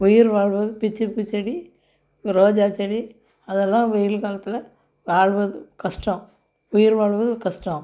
உயிர்வாழ்வது பிச்சு பூ செடி ரோஜா செடி அதெல்லாம் வெயில் காலத்தில் வாழ்வது கஷ்டம் உயிர் வாழ்வது கஷ்டம்